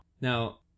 Now